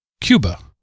Cuba